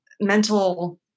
mental